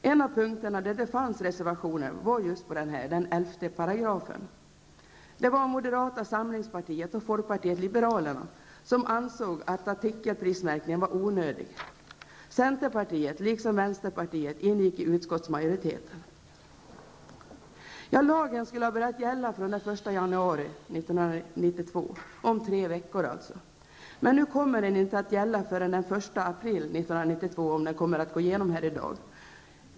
En av punkterna där det fanns reservationer var just i fråga om 11 §. Det var moderata samlingspartiet och folkpartiet liberalerna som ansåg att artikelprismärkningen var onödig. Centerpartiet liksom vänsterpartiet ingick i utskottsmajoriteten. januari 1992, alltså om tre veckor. Nu kommer den inte att gälla förrän fr.o.m. den 1 april 1992, om den godkänns här i dag.